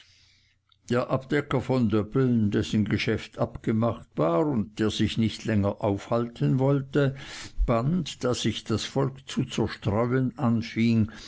der abdecker von döbbeln dessen geschäft abgemacht war und der sich nicht länger aufhalten wollte band da sich das volk zu zerstreuen anfing